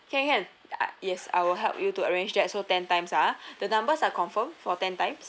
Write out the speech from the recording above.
can can yes I will help you to arrange that so ten times ah the numbers are confirm for ten times